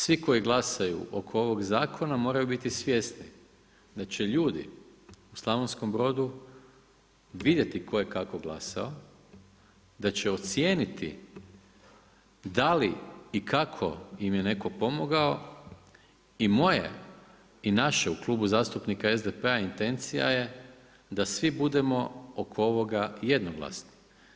Svi koji glasuju oko ovog zakona moraju biti svjesni da će ljudi u Slavonskom Brodu vidjeti tko je kako glasao, da će ocijeniti da li i kako im je netko pomogao i moje i naše u Klubu zastupnika SDP-a intencija je da svi budemo oko ovoga jednoglasni.